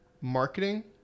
marketing